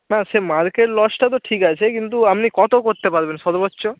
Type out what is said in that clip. না সে মার্কেট লসটা তো ঠিক আছে কিন্তু আপনি কত করতে পারবেন সর্বোচ্চ